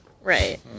Right